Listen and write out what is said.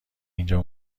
اینجا